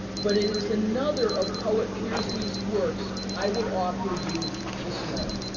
but it is another of poet piercy's works i would offer you this morning.